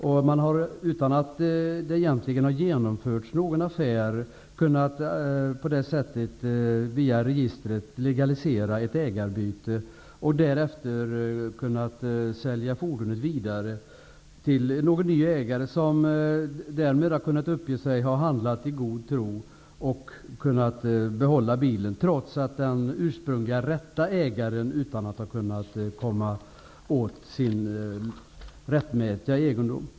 Utan att det egentligen har genomförts en affär har ett ägarbyte med hjälp av registret legaliserats. Därmed har fordonet kunnat säljas vidare till en ny ägare. Denne har sedan kunnat visa att han har handlat i god tro och fått behålla bilen, och den ursprunglige rätte ägaren inte har kunnat komma åt sin rättmätiga egendom.